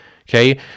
Okay